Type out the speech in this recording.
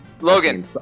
Logan